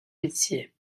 métiers